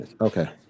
Okay